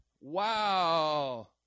Wow